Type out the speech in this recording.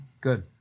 good